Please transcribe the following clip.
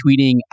tweeting